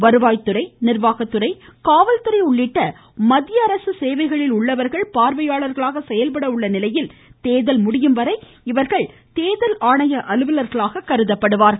வருவாய்த்துறை நிர்வாகத்துறை காவல்துறை உள்ளிட்ட மத்திய அரசு சேவைகளில் உள்ளவர்கள் பார்வையாளர்களாக செயல்பட உள்ள நிலையில் தேர்தல் ழடியும் இவர்கள் தேர்தல் வரை கருதப்படுவார்கள்